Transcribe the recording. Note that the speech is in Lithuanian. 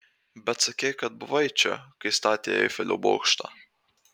bet sakei kad buvai čia kai statė eifelio bokštą